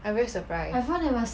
I very surprise